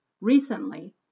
recently